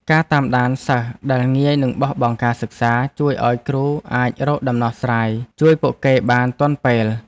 ការតាមដានសិស្សដែលងាយនឹងបោះបង់ការសិក្សាជួយឱ្យគ្រូអាចរកដំណោះស្រាយជួយពួកគេបានទាន់ពេល។